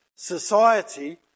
society